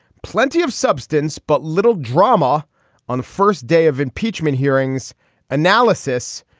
plenty of substance but little drama on the first day of impeachment hearings analysis.